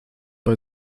bei